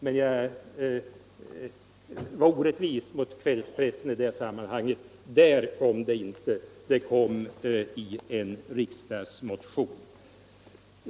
Men jag var orättvis mot kvällspressen i det sammanhanget. Där kom det inte. Det kom i en riksdagsmotion.